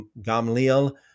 Gamliel